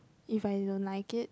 if I don't like it